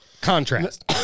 Contrast